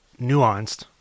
nuanced